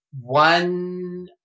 One